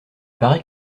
paraît